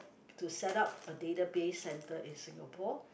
to setup a database center in Singapore